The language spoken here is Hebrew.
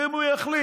ואם הוא יחליט,